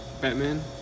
Batman